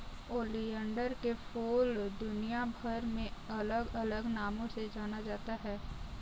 oleander के फूल दुनियाभर में अलग अलग नामों से जाना जाता है